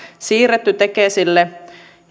siirretty tekesille